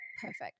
perfect